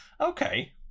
Okay